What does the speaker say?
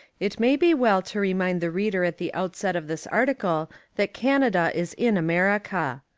it may be well to remind the reader at the outset of this article that canada is in america.